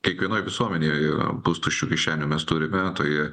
kiekvienoj visuomenėje yra pustuščių kišenių mes turime tai